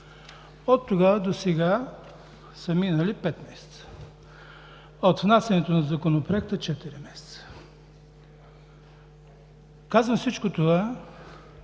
От тогава досега са минали пет месеца, а от внасянето на Законопроекта – четири месеца. Казвам всичко това,